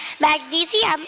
Magnesium